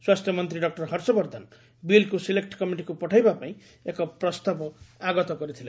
ସ୍ୱାସ୍ଥ୍ୟମନ୍ତ୍ରୀ ଡକ୍ଟର ହର୍ଷବର୍ଦ୍ଧନ ବିଲ୍କୁ ସିଲେକୁ କମିଟିକୁ ପଠାଇବା ପାଇଁ ଏକ ପ୍ରସ୍ତାବ ଆଗତ କରିଥିଲେ